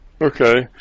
Okay